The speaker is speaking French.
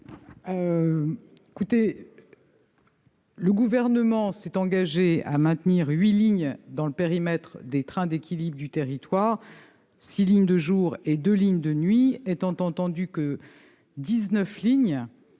? Le Gouvernement s'est engagé à maintenir huit lignes dans le périmètre des trains d'équilibre du territoire, six lignes de jour et deux de nuit, étant entendu que dix-neuf